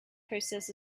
process